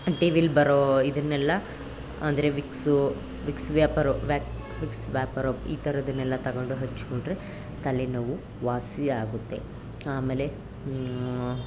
ಟಿವಿಲಿ ಬರೋ ಇದನ್ನೆಲ್ಲ ಅಂದರೆ ವಿಕ್ಸು ವಿಕ್ಸ್ ವ್ಯಾಪರು ವ್ಯಾ ವಿಕ್ಸ್ ವ್ಯಾಪೋರಬ್ ಈ ಥರದ್ದನ್ನೆಲ್ಲ ತಗೊಂಡು ಹಚ್ಚಿಕೊಂಡ್ರೆ ತಲೆನೋವು ವಾಸಿ ಆಗುತ್ತೆ ಆಮೇಲೆ